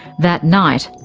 that night,